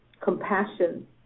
compassion